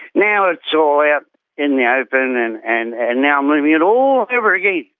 now it's all out in the open and and and now i'm living it all over again,